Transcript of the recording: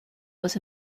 was